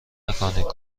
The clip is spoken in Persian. نکنید